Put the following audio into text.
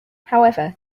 however